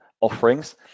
offerings